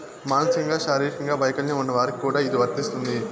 మానసికంగా శారీరకంగా వైకల్యం ఉన్న వారికి కూడా ఇది వర్తిస్తుంది